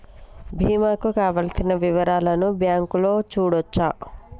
బీమా కు కావలసిన వివరాలను బ్యాంకులో చూడొచ్చా?